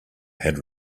had